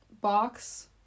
box